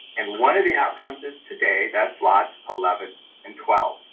and one of the outcomes is today that's lot eleven and twelve.